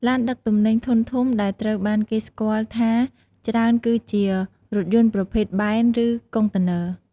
ឡានដឹកទំនិញធុនធំដែលត្រូវបានគេស្គាល់ថាច្រើនគឺជារថយន្តប្រភេទបែន ឬកុងតឺន័រ។